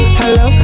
hello